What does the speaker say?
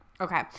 Okay